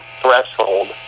threshold